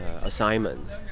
assignment